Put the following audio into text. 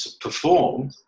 perform